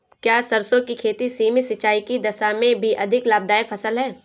क्या सरसों की खेती सीमित सिंचाई की दशा में भी अधिक लाभदायक फसल है?